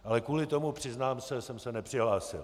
Ale kvůli tomu, přiznám se, jsem se nepřihlásil.